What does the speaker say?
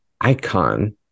icon